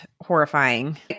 horrifying